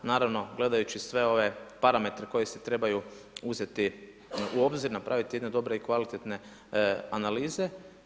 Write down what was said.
Naravno gledajući sve ove parametre koje se trebaju uzeti u obzir, napraviti jedne dobre i kvalitetne analize.